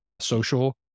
social